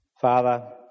Father